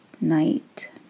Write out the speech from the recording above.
Night